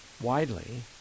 widely